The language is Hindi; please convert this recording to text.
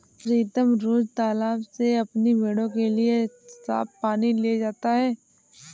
प्रीतम रोज तालाब से अपनी भेड़ों के लिए साफ पानी ले जाता है